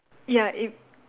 ya it